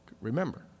Remember